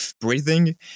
breathing